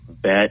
bet